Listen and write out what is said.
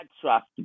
trust